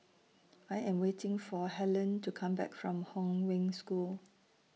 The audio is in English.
I Am waiting For Helene to Come Back from Hong Wen School